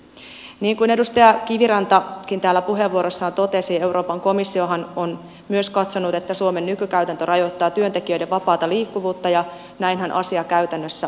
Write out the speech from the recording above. niin kuin edustaja kivirantakin täällä puheenvuorossaan totesi euroopan komissiohan on myös katsonut että suomen nykykäytäntö rajoittaa työntekijöiden vapaata liikkuvuutta ja näinhän asia käytännössä on